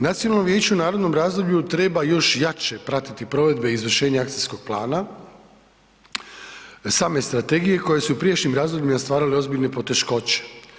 Nacionalno vijeće u narednom razdoblju treba još jače pratiti provedbe izvršenja akcijskog plana same strategije koje su u prijašnjim razdobljima stvarale ozbiljne poteškoće.